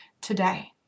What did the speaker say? Today